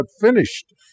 finished